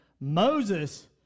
Moses